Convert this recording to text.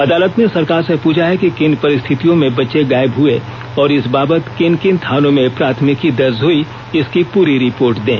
अदालत ने सरकार से पूछा है कि किन परिस्थितियों में बच्चे गायब हुए और इस बाबत किन किन थानों में प्राथमिकी दर्ज हुई इसकी पूरी रिपोर्ट दें